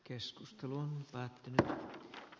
keskustelun pääty tähän